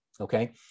okay